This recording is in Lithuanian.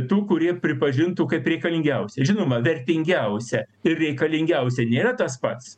tų kurie pripažintų kaip reikalingiausia žinoma vertingiausia ir reikalingiausia nėra tas pats